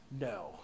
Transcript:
No